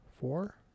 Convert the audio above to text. four